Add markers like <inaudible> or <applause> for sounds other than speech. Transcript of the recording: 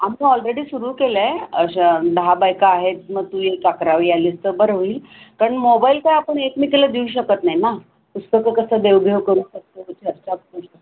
आमचं ऑलरेडी सुरू केलं आहे अशा दहा बायका आहेत मग तू एक अकरावी आलीस तर बरं होईल कारण मोबाईल काय आपण एकमेकीला देऊ शकत नाही ना पुस्तकं कसं देवघेव करू शकतो <unintelligible>